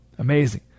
Amazing